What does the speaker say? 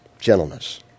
Gentleness